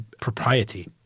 propriety